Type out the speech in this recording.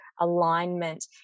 alignment